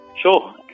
Sure